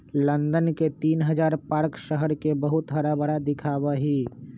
London के तीन हजार पार्क शहर के बहुत हराभरा दिखावा ही